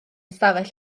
stafell